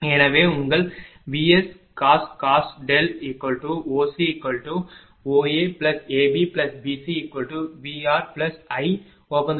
எனவே உங்கள் Vscos OCOAABBCVRIrcos xsin